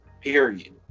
period